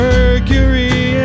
Mercury